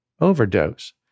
overdose